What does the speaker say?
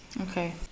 Okay